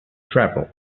travel